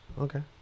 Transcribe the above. Okay